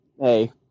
Hey